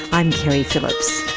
i'm keri phillips.